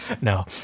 No